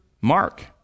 mark